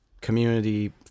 community